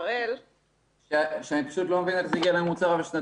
אני פשוט לא מבין איך זה הגיע לממוצע שנתי.